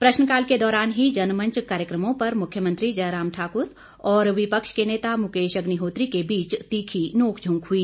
प्रश्नकाल के दौरान ही जनमंच कार्यक्रमो पर मुख्यमंत्री जयराम ठाकुर और विपक्ष के नेता मुकेश अग्निहोत्री के बीच तीखी नोकझोंक हुई